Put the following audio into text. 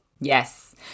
Yes